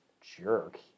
jerk